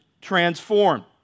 transform